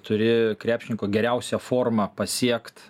turi krepšininkų geriausią formą pasiekt